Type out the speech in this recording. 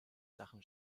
sachen